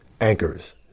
anchors